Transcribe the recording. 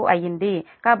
కాబట్టి ఇది Pi 2 0